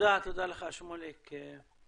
תודה לך, שמוליק.